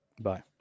bye